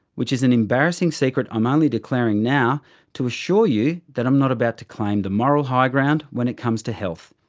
which is an embarrassing secret i'm only declaring now to assure you that i'm not about to claim the moral high ground when it comes to health.